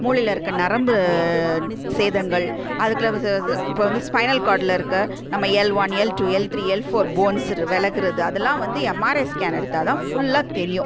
மூளையில் இருக்க நரம்பு சேதங்கள் அதுக்குள்ள இப்போ வந்து ஸ்பைனல் கார்ட்ல இருக்க நம்ம L one L two L three L four bones விலகுறது அதெல்லாம் வந்து எம்ஆர்ஐ ஸ்கேன் எடுத்தால் தான் ஃபுல்லா தெரியும்